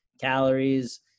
calories